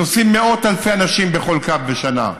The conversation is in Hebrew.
נוסעים מאות אלפי אנשים בכל קו בשנה.